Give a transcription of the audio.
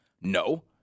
no